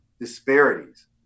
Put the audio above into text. disparities